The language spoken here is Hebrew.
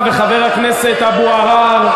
אתה לא, אתה, וחבר הכנסת אבו עראר,